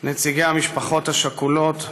נציגי המשפחות השכולות,